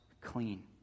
clean